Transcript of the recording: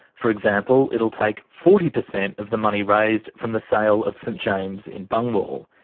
for example, it'll take forty percent of the money raised from the sale of st james in bungwahl.